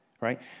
right